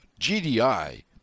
GDI